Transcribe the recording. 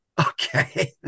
Okay